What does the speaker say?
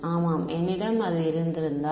ஆமாம் என்னிடம் அது இருந்திருந்தால்